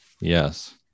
Yes